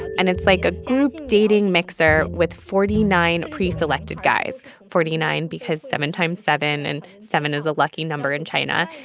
and it's like a group dating mixer with forty nine preselected guys forty nine because seven times seven, and seven is a lucky number in china.